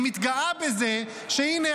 כשהיא מתגאה בזה שהינה,